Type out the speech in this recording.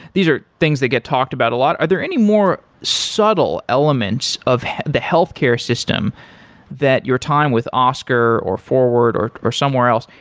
these are things that get talked about a lot. are there any more subtle elements of the healthcare system that your time with oscar or forward or or somewhere else,